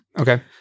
Okay